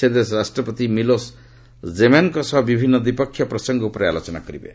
ସେ ଦେଶର ରାଷ୍ଟ୍ରପତି ମିଲୋସ୍ ଜେମନ୍ଙ୍କ ସହ ବିଭିନ୍ନ ଦ୍ୱିପକ୍ଷୀୟ ପ୍ରସଙ୍ଗ ଉପରେ ଆଲୋଚନା କରିବେ